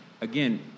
again